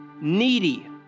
needy